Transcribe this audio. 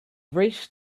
reached